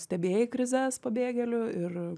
stebėjai krizes pabėgėlių ir